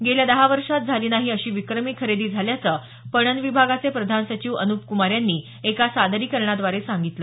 गेल्या दहा वर्षात झाली नाही अशी विक्रमी खरेदी झाल्याचं पणन विभागाचे प्रधान सचिव अनुप कुमार यांनी एका सादरीकरणाद्धारे सांगितलं